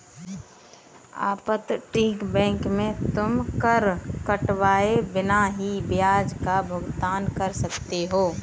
अपतटीय बैंक में तुम कर कटवाए बिना ही ब्याज का भुगतान कर सकते हो